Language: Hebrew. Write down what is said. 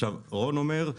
רון אומר,